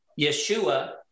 Yeshua